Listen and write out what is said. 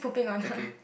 okay